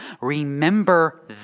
Remember